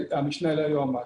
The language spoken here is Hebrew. המשנה ליועץ המשפטי.